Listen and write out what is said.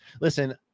listen